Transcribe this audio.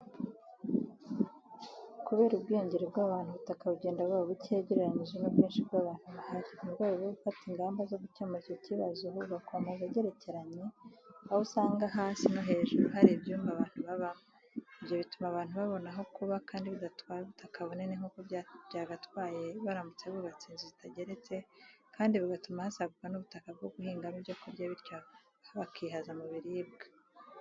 Kubera ubwiyongere bw'abantu, ubutaka bugenda buba bukeya ugereranyije n'ubwinshi bw'abantu bahari. Murwego rwo gufata ingamba zogukemura icyo kibazo, hubakwa amazu agerekeranye, aho usanga hasi no hejuru hari ibyumba abantu babamo. ibyo bituma abantu babona aho kuba kandi bidatwaye ubutaka bunini nkubwo byagatwaye baramutse bubatse inzu zitageretse kandi bigatuma hasaguka nubutaka bwo guhingamo ibyo kurya bityo bakihaza no mubiribwa.